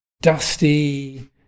dusty